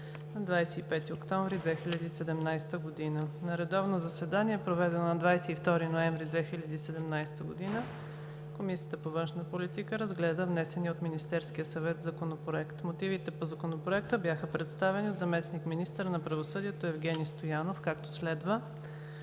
на 25 октомври 2017 г. На редовно заседание, проведено на 22 ноември 2017 г., Комисията по външна политика разгледа внесения от Министерския съвет Законопроект. Мотивите по Законопроекта бяха представени от заместник-министъра на правосъдието Евгени Стоянов, както следва: